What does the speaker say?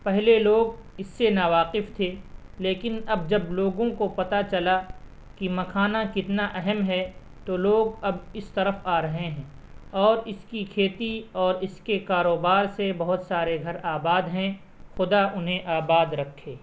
پہلے لوگ اس سے ناواقف تھے لیکن اب جب لوگوں کو پتہ چلا کہ مکھانا کتنا اہم ہے تو لوگ اب اس طرف آ رہے ہیں اور اس کی کھیتی اور اس کے کاروبار سے بہت سارے گھر آباد ہیں خدا انہیں آباد رکھے